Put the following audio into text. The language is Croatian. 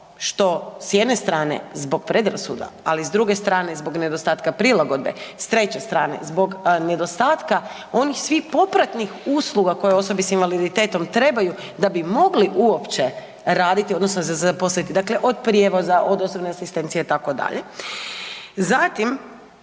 što s jedne strane zbog predrasuda, ali s druge strane zbog nedostatka prilagodbe, s treće strane zbog nedostatka onih svih popratnih usluga koje osobi s invaliditetom trebaju da bi mogli uopće raditi odnosno zaposliti dakle od prijevoza, od osobne asistencije itd. zatim